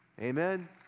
Amen